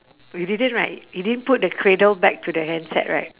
you didn't right you didn't put the cradle back to the handset right